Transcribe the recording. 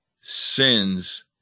sin's